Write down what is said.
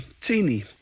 teeny